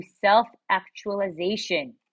self-actualization